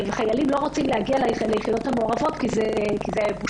חיילים לא רוצים להגיע ליחידות המעורבות כי זה בושה.